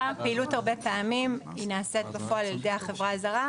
--- הפעילות הרבה פעמים נעשית בפועל על ידי החברה הזרה,